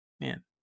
man